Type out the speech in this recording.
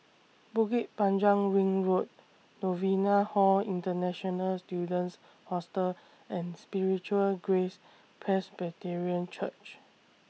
Bukit Panjang Ring Road Novena Hall International Students Hostel and Spiritual Grace Presbyterian Church